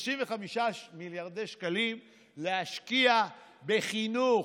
כ-35 מיליארדי שקלים, להשקיע בחינוך,